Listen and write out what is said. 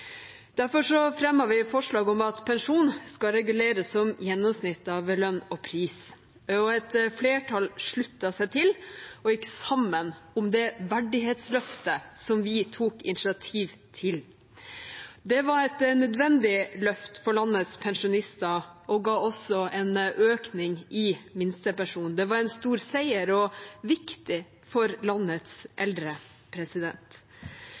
Derfor fremmet vi forslag om at pensjon skal reguleres som gjennomsnitt av lønns- og prisvekst. Et flertall sluttet seg til og gikk sammen om det verdighetsløftet vi tok initiativ til. Det var et nødvendig løft for landets pensjonister og ga også en økning i minstepensjonen. Det var en stor seier og viktig for landets